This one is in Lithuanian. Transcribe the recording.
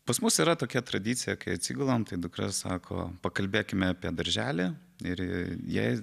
pas mus yra tokia tradicija kai atsigulam tai dukra sako pakalbėkime apie darželį ir jai